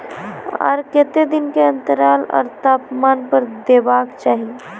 आर केते दिन के अन्तराल आर तापमान पर देबाक चाही?